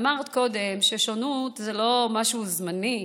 אמרת קודם ששונות זה לא משהו זמני,